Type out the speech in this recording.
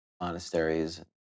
monasteries